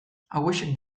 hauexek